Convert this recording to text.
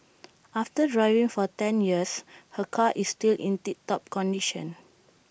after driving for ten years her car is still in tip top condition